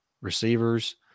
receivers